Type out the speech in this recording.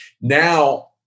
Now